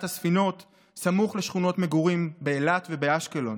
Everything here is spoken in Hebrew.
הספינות סמוך לשכונות מגורים באילת ובאשקלון?